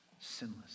sinless